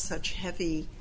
such heavy